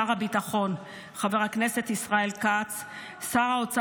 שר הביטחון חבר הכנסת ישראל כץ,